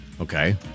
Okay